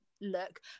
look